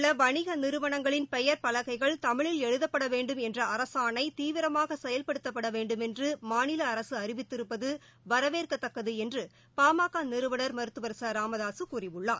உள்ளவணிகநிறுவனங்களின் தமிழகத்தில் பெயர் பலகைகள் தமிழில் எழுதப்படவேண்டும் என்றஅரசாணைதீவிரமாகசெயல்படுத்தபடவேண்டும் என்றுமாநிலஅரசுஅறிவித்திருப்பதுவரவேற்கத்தக்கதுஎன்றுபாமகநிறுவனர் மருத்துவர் ச ராமதாசுகூறியுள்ளார்